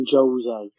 Jose